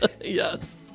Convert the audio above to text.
Yes